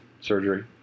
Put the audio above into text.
surgery